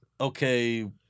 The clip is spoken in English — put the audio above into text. okay